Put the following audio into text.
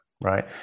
right